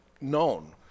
known